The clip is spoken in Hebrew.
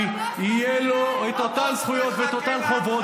יהיו בדיוק את אותן זכויות ואת אותן חובות,